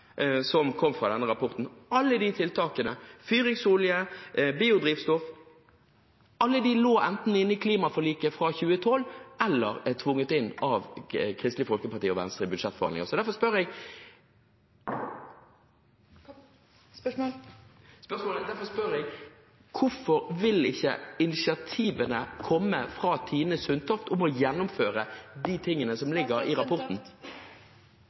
som kom fra denne rapporten – fyringsolje, biodrivstoff – enten lå inne i klimaforliket fra 2012 eller er tvunget inn av Kristelig Folkeparti og Venstre i budsjettforhandlinger. Derfor spør jeg: Hvorfor vil ikke initiativene om å gjennomføre de tiltakene som ligger i rapporten, komme fra statsråd Tine Sundtoft? For det første: De siste framskrivningene som